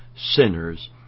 sinners